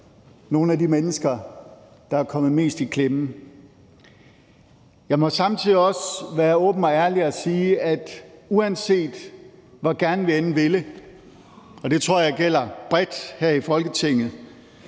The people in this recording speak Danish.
nogle af de mennesker, der er kommet mest i klemme. Jeg må samtidig også være åben og ærlig og sige, at uanset hvor gerne vi end ville, og det tror jeg gælder bredt her i Folketinget,